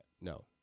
no